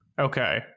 Okay